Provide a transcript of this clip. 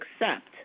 accept